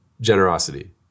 generosity